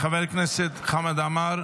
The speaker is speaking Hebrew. חבר הכנסת חמד עמאר,